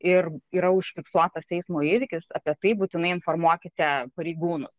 ir yra užfiksuotas eismo įvykis apie tai būtinai informuokite pareigūnus